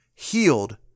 healed